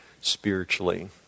spiritually